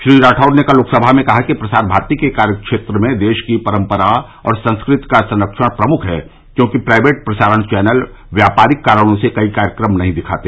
श्री राठौड़ ने कल लोकसभा में कहा कि प्रसार भारती के कार्यक्षेत्र में देश की परंपराओं और संस्कृति का संरक्षण प्रमुख है क्योंकि प्राइवेट प्रसारण चैनल व्यापारिक कारणों से कई कार्यक्रम नहीं दिखाते